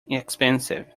expensive